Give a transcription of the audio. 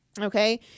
Okay